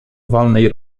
walnej